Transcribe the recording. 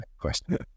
question